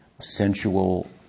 sensual